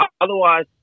otherwise